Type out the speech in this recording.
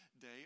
day